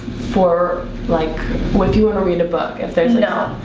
for like what if you want to read a book if there's no.